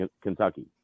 Kentucky